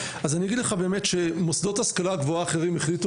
אז אני אגיד לך באמת שמוסדות השכלה גבוהה אחרים החליטו